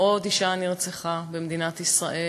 עוד אישה נרצחה במדינת ישראל,